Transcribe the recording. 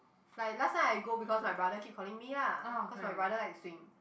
like last time I go because my brother keep calling me ah cause my brother like to swim